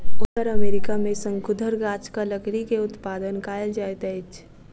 उत्तर अमेरिका में शंकुधर गाछक लकड़ी के उत्पादन कायल जाइत अछि